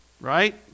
right